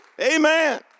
Amen